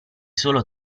solo